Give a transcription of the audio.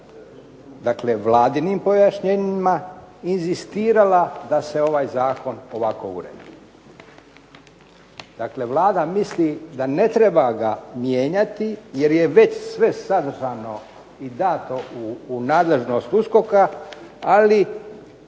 dakle Vladinim pojašnjenjima, inzistirala da se ovaj zakon ovako uredi. Dakle, Vlada misli da ne treba ga mijenjati jer je već sve sadržano i dato u nadležnost USKOK-a, ali